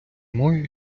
мої